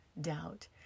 doubt